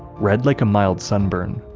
red like a mild sunburn.